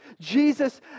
jesus